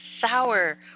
sour